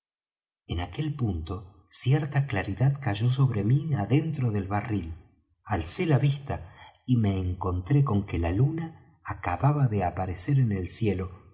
en aquel punto cierta claridad cayó sobre mí adentro del barril alcé la vista y me encontré con que la luna acababa de aparecer en el cielo